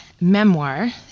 memoir